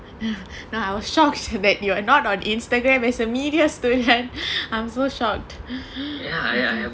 now I was shocked that you're not on Instagram as a media student I'm so shocked